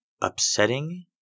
upsetting